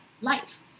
life